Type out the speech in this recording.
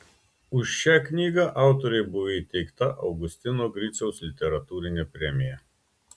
už šią knygą autorei buvo įteikta augustino griciaus literatūrinė premija